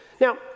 Now